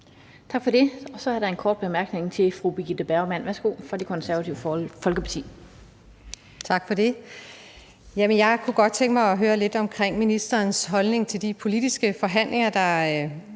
Tak for det. Så er der en kort bemærkning til fru Birgitte Bergman fra Det Konservative Folkeparti. Værsgo. Kl. 16:29 Birgitte Bergman (KF): Tak for det. Jeg kunne godt tænke mig at høre lidt om ministerens holdning til de politiske forhandlinger, som